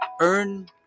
earn